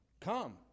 Come